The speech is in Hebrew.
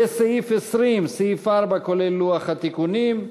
לסעיף 20, סעיף 4 כולל לוח התיקונים.